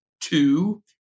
Two